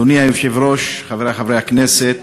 אדוני היושב-ראש, חברי חברי הכנסת,